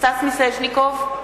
סטס מיסז'ניקוב,